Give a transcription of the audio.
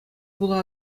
хула